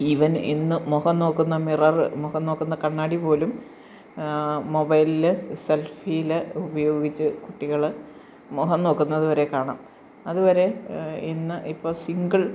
even ഇന്ന് മുഖം നോക്കുന്ന മിററ് മുഖം നോക്കുന്ന കണ്ണാടി പോലും മൊബൈലിൽ സെൽഫീൽ ഉപയോഗിച്ച് കുട്ടികൾ മുഖം നോക്കുന്നതു വരെ കാണാം അതുവരെ ഇന്ന് ഇപ്പോൾ സിംഗിൾ